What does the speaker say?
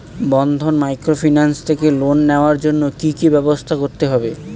বন্ধন microfinance থেকে loan নেওয়ার জন্য কি কি ব্যবস্থা করতে হবে?